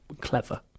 clever